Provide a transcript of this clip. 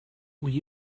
will